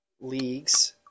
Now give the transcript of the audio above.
leagues